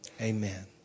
amen